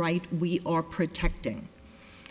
right we are protecting